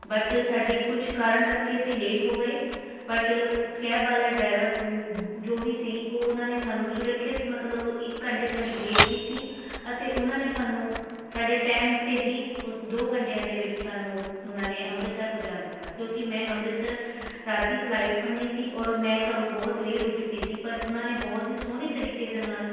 but ਸਾਡੀ ਕੁਛ ਕਾਰਨ ਕਰਕੇ ਅਸੀਂ ਲੇਟ ਹੋ ਗਏ ਬਟ ਕੈਬ ਵਾਲਾ ਡਰਾਈਵਰ ਜੋ ਵੀ ਸੀ ਉਹ ਉਹਨਾਂ ਨੇ ਸਾਨੂੰ ਸੁਰੱਖਿਅਤ ਮਤਲਬ ਇੱਕ ਘੰਟੇ ਸਾਡੀ ਵੇਟ ਕੀਤੀ ਅਤੇ ਉਹਨਾਂ ਨੇ ਸਾਨੂੰ ਸਾਡੇ ਟਾਈਮ 'ਤੇ ਹੀ ਉਸ ਦੋ ਘੰਟਿਆਂ ਦੇ ਵਿੱਚ ਸਾਨੂੰ ਉਹਨਾਂ ਨੇ ਅੰਮ੍ਰਿਤਸਰ ਪਹੁੰਚਾ ਦਿੱਤਾ ਕਿਉਂਕਿ ਮੈਂ ਅੰਮ੍ਰਿਤਸਰ ਰਾਤ ਦੀ ਫਲਾਈਟ ਫੜਨੀ ਸੀ ਔਰ ਮੈਂ ਘਰੋਂ ਬਹੁਤ ਲੇਟ ਹੋ ਚੁੱਕੀ ਸੀ ਪਰ ਉਹਨਾਂ ਨੇ ਬਹੁਤ ਹੀ ਸੋਹਣੇ ਤਰੀਕੇ ਦੇ ਨਾਲ